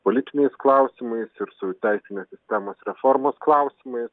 politiniais klausimais ir su teisinės sistemos reformos klausimais